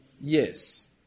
Yes